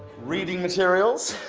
reading materials.